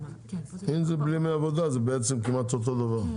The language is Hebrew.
אם זה בלי ימי עבודה זה בעצם כמעט אותו דבר,